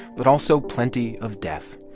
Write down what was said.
but also plenty of death.